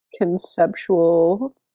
conceptual